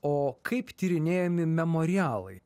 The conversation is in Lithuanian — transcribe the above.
o kaip tyrinėjami memorialai